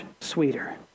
sweeter